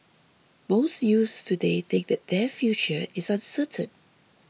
most youths today think that their future is uncertain